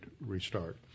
restart